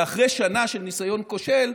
ואחרי שנה של ניסיון כושל,